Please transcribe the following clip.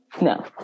No